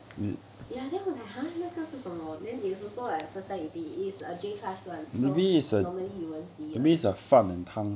ya then 我 like !huh! 那个是什么 then it was also my first time eating is a J class one so normally you won't see it [one]